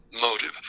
motive